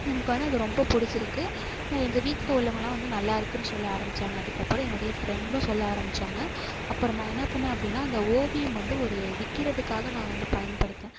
எனக்கு வந்து அது ரொம்ப பிடிச்சிருக்கு எங்கள் வீட்டில் உள்ளவங்கலான் வந்து நல்லாயிருக்குனு சொல்ல ஆரம்மிச்சாங்க அதுக்கப்புறம் என்னுடைய ஃப்ரெண்டும் சொல்ல ஆரம்மிச்சாங்க அப்புறம் நான் என்ன பண்ணேன் அப்படினா அந்த ஓவியம் வந்து ஒரு விற்கிறதுக்காக நான் வந்து பயன்படுத்தேன்